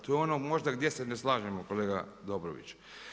Tu je ono možda gdje se ne slažemo kolega Dobrović.